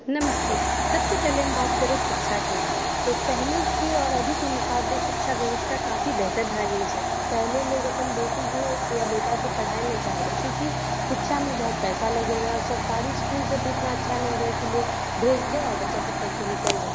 नमस्ते सबसे पहिले हम बात करब शिक्षा के तऽ पहिलेके आओर अभीके मुकाबले शिक्षा व्यवस्था काफी बेहतर भए गेल छै पहिले लोग अपन बेटीके या बेटाके पढाइ नहि चाहै रहै क्योकि शिक्षामे बहुत पैसा लगै रहै आओर सरकारी इसकुल सब भी एतना अच्छा नहि रहै कि लोग भेज दै और बच्चा सब पढ़िके निकलि जाय